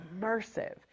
immersive